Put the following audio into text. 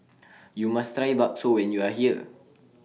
YOU must Try Bakso when YOU Are here